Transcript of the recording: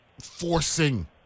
forcing